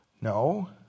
No